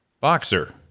Boxer